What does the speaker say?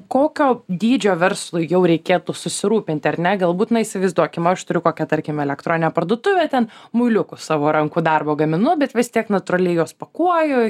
kokio dydžio verslui jau reikėtų susirūpinti ar ne galbūt na įsivaizduokim aš turiu kokią tarkim elektroninę parduotuvę ten muiliukus savo rankų darbo gaminu bet vis tiek natūraliai juos pakuoju